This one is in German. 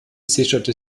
sicherte